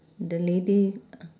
the lady